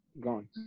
gone